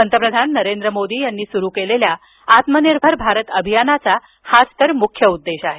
पंतप्रधान मोदी यांनी सुरु केलेल्या आत्मनिर्भर भारत अभियानाचा हाच तर मुख्य उद्देश आहे